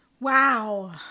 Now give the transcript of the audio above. Wow